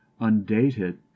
undated